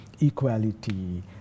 equality